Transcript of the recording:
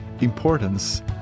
importance